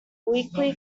weekly